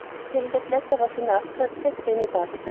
still, that letter was enough to upset anybody,